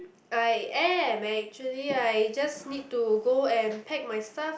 I am actually I just need to go and pack my stuff